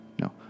No